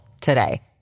today